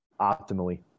optimally